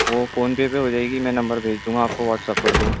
وہ فون پے پہ ہو جائے گی میں نمبر بھیج دوں گا آپ کو واٹس اپ کر دوں گا